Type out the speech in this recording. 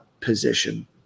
position